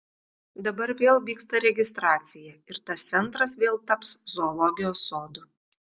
dabar vėl vyksta registracija ir tas centras vėl taps zoologijos sodu